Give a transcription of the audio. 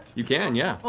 you can, yeah.